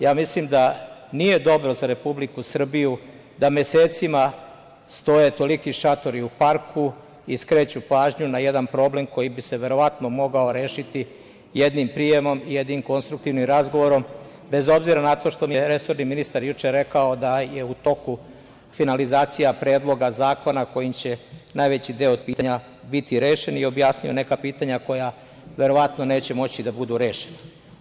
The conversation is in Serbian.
Ja mislim da nije dobro za Republiku Srbiju da mesecima stoje toliki šatori u parku i skreću pažnju na jedan problem koji bi se verovatno mogao rešiti jednim prijemom i jednim konstruktivnim razgovorom, bez obzira na to što mi je resorni ministar juče rekao da je u toku finalizacija predloga zakona kojim će najveći deo tih pitanja biti rešen i objasnio neka pitanja koja verovatno neće moći da budu rešena.